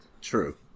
True